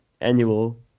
annual